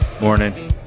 Morning